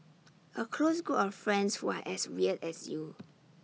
A close group of friends who are as weird as you